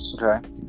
Okay